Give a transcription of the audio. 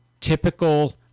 typical